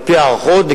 על-פי ההערכות,